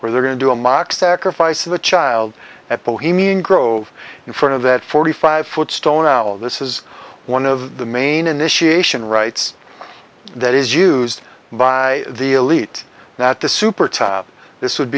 where they're going to do a mock sacrifice of a child at bohemian grove in front of that forty five foot stone owl this is one of the main initiation rites that is used by the elite now at the super top this would